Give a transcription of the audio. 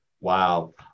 Wow